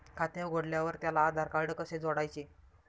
खाते उघडल्यावर त्याला आधारकार्ड कसे जोडायचे?